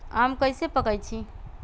आम कईसे पकईछी?